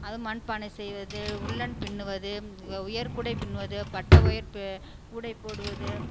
அது மண்பானை செய்வது உல்லன் பின்னுவது வயர்க்கூடை பின்னுவது பட்டை ஒயர் ப கூடை போடுவது